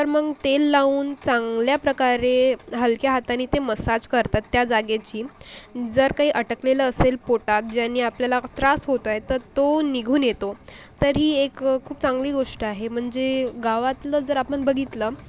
तर मग तेल लावून चांगल्या प्रकारे हलक्या हाताने ते मसाज करतात त्या जागेची जर काही अडकलेलं असेल पोटात ज्याने आपल्याला त्रास होतोय तर तो निघून येतो तर ही एक खूप चांगली गोष्ट आहे म्हणजे गावातलं जर आपण बघितलं